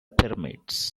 pyramids